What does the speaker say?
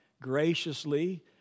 graciously